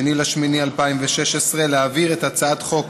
2 באוגוסט 2016, להעביר את הצעת חוק